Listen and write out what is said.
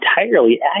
entirely